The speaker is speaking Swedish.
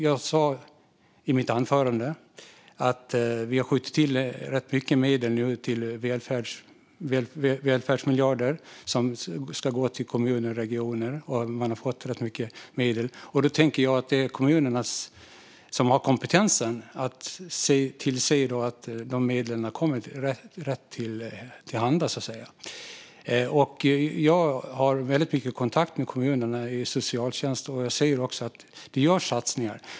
Jag sa i mitt anförande att vi nu har skjutit till rätt mycket medel i välfärdsmiljarder som ska gå till kommuner och regioner, och det är ju kommunerna som har kompetensen när det gäller att tillse att medlen kommer till användning på rätt sätt. Jag har väldigt mycket kontakt med kommunerna och socialtjänsten, och jag ser att det görs satsningar.